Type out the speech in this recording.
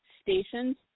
Stations